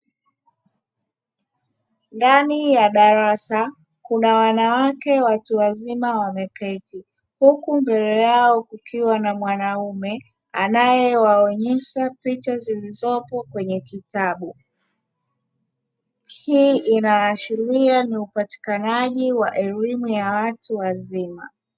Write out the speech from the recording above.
Ndani ya darasa kuna wanawake watu wazima wameketi, huku mbele yao kukiwa na mwanaume anayewaonesha picha zilizopo kwenye kitabu. Hii inaashiria ni upatikanaji wa elimu ya watu wazima.